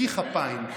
נקי כפיים.